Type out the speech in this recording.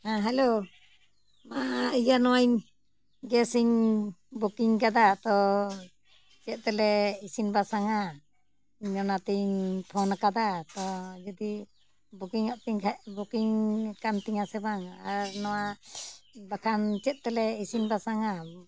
ᱦᱮᱸ ᱦᱮᱞᱳ ᱢᱟ ᱤᱭᱟᱹ ᱱᱚᱜᱼᱚᱭ ᱤᱧ ᱜᱮᱥ ᱤᱧ ᱵᱩᱠᱤᱝ ᱠᱟᱫᱟ ᱛᱚ ᱪᱮᱫ ᱛᱮᱞᱮ ᱤᱥᱤᱱ ᱵᱟᱥᱟᱝᱟ ᱤᱧ ᱚᱱᱟᱛᱤᱧ ᱯᱷᱳᱱ ᱟᱠᱟᱫᱟ ᱛᱚ ᱡᱩᱫᱤ ᱵᱩᱠᱤᱝᱚᱜ ᱛᱤᱧ ᱠᱷᱟᱱ ᱵᱩᱠᱤᱝ ᱟᱠᱟᱱ ᱛᱤᱧᱟᱹ ᱥᱮ ᱵᱟᱝ ᱟᱨ ᱱᱚᱣᱟ ᱵᱟᱠᱷᱟᱱ ᱪᱮᱫ ᱛᱮᱞᱮ ᱤᱥᱤᱱ ᱵᱟᱥᱟᱝᱟ